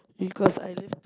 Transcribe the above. because I live